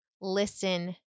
listen